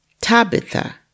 Tabitha